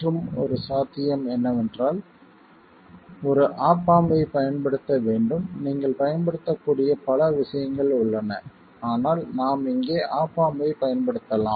மற்றும் ஒரு சாத்தியம் என்னவென்றால் ஒரு ஆப் ஆம்ப் ஐப் பயன்படுத்த வேண்டும் நீங்கள் பயன்படுத்தக்கூடிய பல விஷயங்கள் உள்ளன ஆனால் நாம் இங்கே ஆப் ஆம்ப் ஐப் பயன்படுத்தலாம்